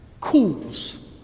cools